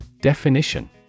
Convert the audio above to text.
Definition